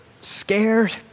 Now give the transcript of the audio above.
scared